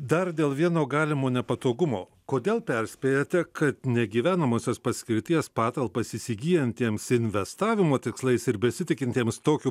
dar dėl vieno galimo nepatogumo kodėl perspėjate kad negyvenamosios paskirties patalpas įsigyjantiems investavimo tikslais ir besitikintiems tokiu